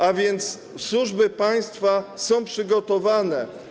A więc służby państwa są przygotowane.